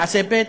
תעשה ב'